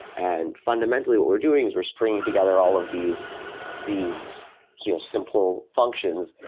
and fundamentally, what we're doing is we're stringing together all of these these you know simple functions,